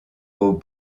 aux